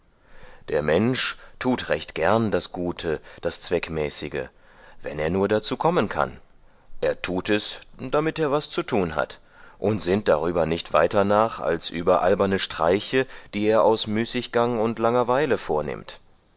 der mensch tut recht gern das gute das zweckmäßige wenn er nur dazu kommen kann er tut es damit er was zu tun hat und sinnt darüber nicht weiter nach als über alberne streiche die er aus müßiggang und langer weile vornimmt